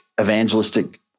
evangelistic